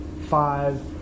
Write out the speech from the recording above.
five